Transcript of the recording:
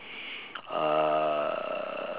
uh